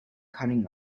cutting